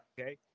Okay